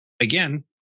again